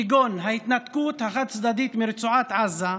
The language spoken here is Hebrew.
כגון ההתנתקות החד-צדדית מרצועת עזה,